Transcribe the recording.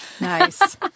Nice